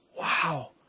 wow